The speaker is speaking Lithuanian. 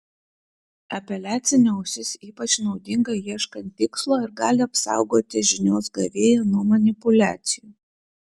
apeliacinė ausis ypač naudinga ieškant tikslo ir gali apsaugoti žinios gavėją nuo manipuliacijų